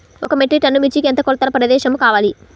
ఒక metric ton మిర్చికి ఎంత కొలతగల ప్రదేశము కావాలీ?